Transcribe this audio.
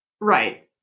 Right